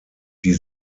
die